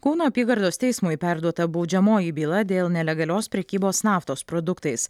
kauno apygardos teismui perduota baudžiamoji byla dėl nelegalios prekybos naftos produktais